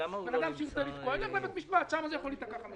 בן אדם שירצה לתקוע את הפרויקט ילך לבית משפט,